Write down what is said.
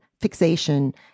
Fixation